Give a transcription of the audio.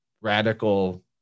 radical